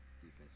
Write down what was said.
defense